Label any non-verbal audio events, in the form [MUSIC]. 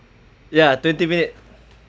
yeah twenty minute [BREATH]